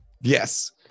yes